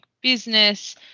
business